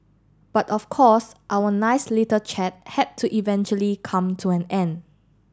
but of course our nice little chat had to eventually come to an end